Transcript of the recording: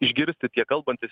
išgirsti tiek kalbantis